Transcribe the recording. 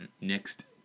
Next